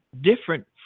different